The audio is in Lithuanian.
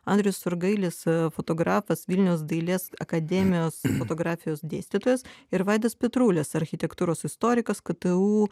andrius surgailis fotografas vilniaus dailės akademijos fotografijos dėstytojas ir vaidas petrulis architektūros istorikas ktu